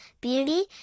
beauty